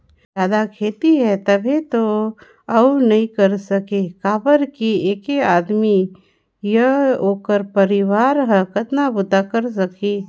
जादा खेती हे तभे तो अउ नइ कर सके काबर कि ऐके आदमी य ओखर परवार हर कतना बूता करे सकही